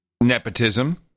nepotism